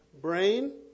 brain